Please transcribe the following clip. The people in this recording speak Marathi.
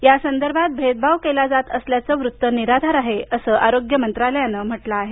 या संदर्भात भेदभाव केला जात असल्याचं वृत्त निराधार आहे असं मंत्रालयानं म्हटलं आहे